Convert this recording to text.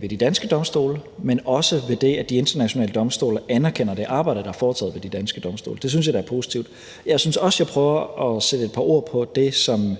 ved de danske domstole, men også ved det, at de internationale domstole anerkender det arbejde, der er foretaget ved de danske domstole. Det synes jeg da er positivt. Jeg synes også, jeg prøver at sætte et par ord på det, som